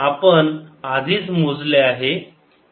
आपण आधीच मोजले आहे